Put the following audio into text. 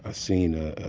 ah seen a,